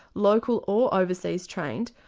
local or overseas trained,